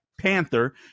Panther